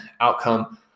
outcome